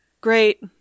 Great